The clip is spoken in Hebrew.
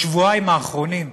בשבועיים האחרונים,